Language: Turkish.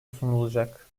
sunulacak